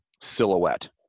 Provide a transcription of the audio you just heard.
silhouette